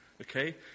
Okay